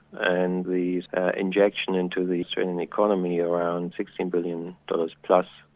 and the injection into the australian economy around sixteen billion dollars plus,